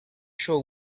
show